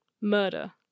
Murder